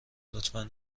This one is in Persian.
لطفا